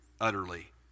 utterly